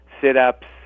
sit-ups